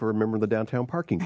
for a member of the downtown parking